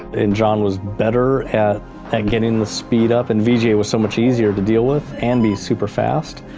and john was better at getting the speed up, and vga was so much easier to deal with and be super fast.